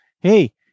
hey